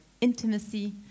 intimacy